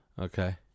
Okay